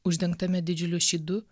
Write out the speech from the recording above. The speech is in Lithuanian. uždengtame didžiuliu šydu